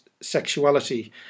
Sexuality